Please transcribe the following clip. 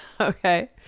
Okay